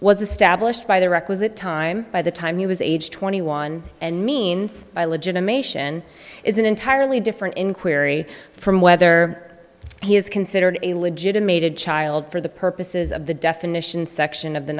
was established by the requisite time by the time he was age twenty one and means by legitimation is an entirely different inquiry from whether he is considered a legitimate child for the purposes of the definition section of the